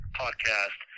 podcast